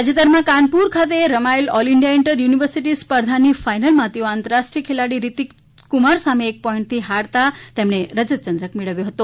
તાજેતરમાં કાનપુર ખાતે રમાયેલ ઓલ ઇન્ડિયા ઇન્ટર યુનિવર્સિટી સ્પર્ધામાં તેઓ ફાઇનલમાં આંતર્રાષ્ટ્રીય ખેલાડી રિતિક કુમાર સામે એક પોઇન્ટથી હારી જતાં તમને રજત ચંદ્રક મેડવ્યો છે